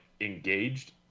engaged